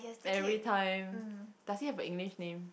everytime does he have a English name